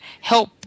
help